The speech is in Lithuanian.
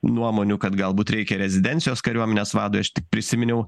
nuomonių kad galbūt reikia rezidencijos kariuomenės vadui aš tik prisiminiau